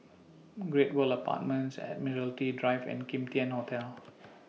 Great World Apartments Admiralty Drive and Kim Tian Hotel